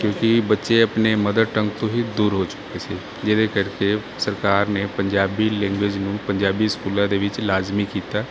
ਕਿਉਂਕਿ ਬੱਚੇ ਆਪਣੇ ਮਦਰ ਟੰਗ ਤੋਂ ਹੀ ਦੂਰ ਹੋ ਚੁੱਕੇ ਸੀ ਜਿਹਦੇ ਕਰਕੇ ਸਰਕਾਰ ਨੇ ਪੰਜਾਬੀ ਲੈਂਗੁਏਜ ਨੂੰ ਪੰਜਾਬੀ ਸਕੂਲਾਂ ਦੇ ਵਿੱਚ ਲਾਜ਼ਮੀ ਕੀਤਾ